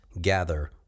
gather